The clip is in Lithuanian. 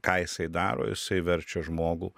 ką jisai daro jisai verčia žmogų